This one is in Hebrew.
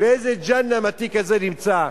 באיזה ג'יהינום התיק הזה נמצא.